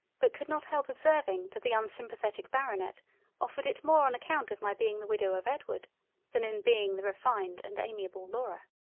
but could not help observing that the unsimpathetic baronet offered it more on account of my being the widow of edward than in being the refined and amiable laura.